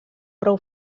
prou